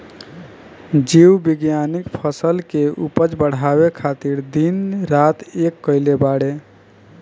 जीव विज्ञानिक फसल के उपज बढ़ावे खातिर दिन रात एक कईले बाड़े